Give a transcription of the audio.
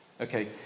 okay